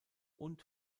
und